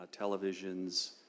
televisions